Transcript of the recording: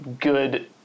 good